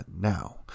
now